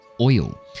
oil